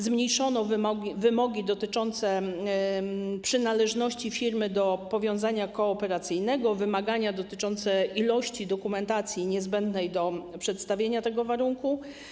Zmniejszono wymogi dotyczące przynależności firmy do powiązania kooperacyjnego, a także wymagania dotyczące ilości dokumentacji niezbędnej do przedstawienia tego warunku.